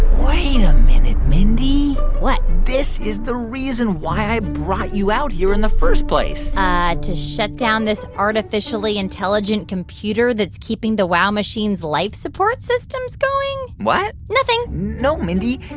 a minute, mindy what? this is the reason why i brought you out here in the first place ah to shut down this artificially intelligent computer that's keeping the wow machine's life-support systems going? what? nothing no, mindy,